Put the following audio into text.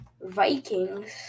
Vikings